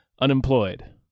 unemployed